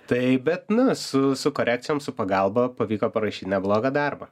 tai bet nu su su korekcijom su pagalba pavyko parašyt neblogą darbą